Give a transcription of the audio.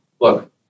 Look